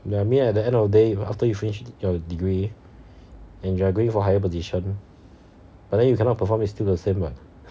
ya I mean at the end of the day after you finish your degree and you are going for higher position but then you cannot perform is still the same [what]